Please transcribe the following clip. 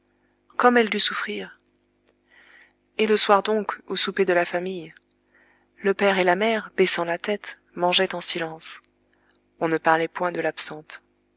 comme elle dut souffrir et le soir donc au souper de la famille le père et la mère baissant la tête mangeaient en silence on ne parlait point de l'absente